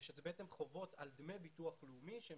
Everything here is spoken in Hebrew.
ואלה בעצם חובות על דמי ביטוח לאומי שהם